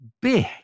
big